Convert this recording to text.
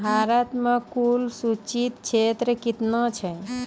भारत मे कुल संचित क्षेत्र कितने हैं?